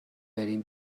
بریم